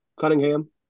Cunningham